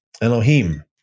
Elohim